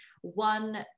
one